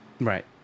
Right